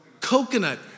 coconut